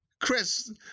Chris